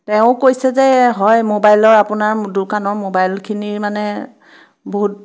তেওঁ কৈছে যে হয় মোবাইলৰ আপোনাৰ দোকানৰ মোবাইলখিনি মানে বহুত